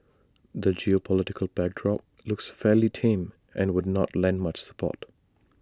the geopolitical backdrop looks fairly tame and would not lend much support